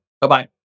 Bye-bye